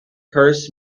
purse